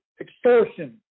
extortion